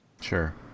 Sure